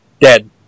dead